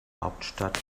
hauptstadt